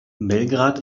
belgrad